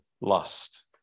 lust